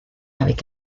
avec